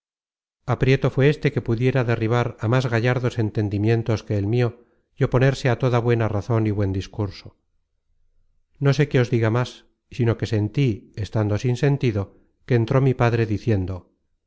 aprieto fué éste que pudiera derribar á más gallardos entendimientos que el mio y oponerse á toda buena razon y buen discurso no sé qué os diga más sino que sentí estando sin sentido que entró mi padre diciendo